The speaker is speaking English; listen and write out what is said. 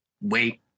wait